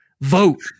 vote